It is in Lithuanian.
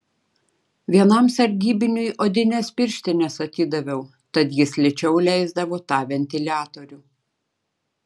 vienam sargybiniui odines pirštines atidaviau tad jis lėčiau leisdavo tą ventiliatorių